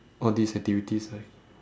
all these activities right